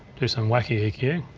do some wacky eq. yeah